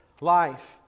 life